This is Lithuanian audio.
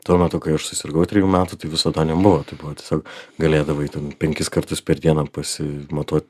tuo metu kai aš susirgau trejų metų tai viso to nebuvo tai buvo tiesiog galėdavai ten penkis kartus per dieną pasimatuot